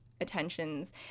attentions